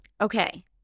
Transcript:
Okay